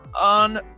on